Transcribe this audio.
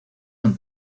von